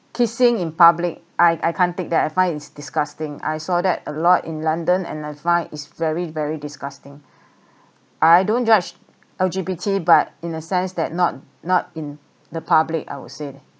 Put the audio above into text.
kissing in public I I can't take that I find it disgusting I saw that a lot in london and I find it's very very disgusting I don't judge L_G_B_T but in a sense that not not in the public I would say that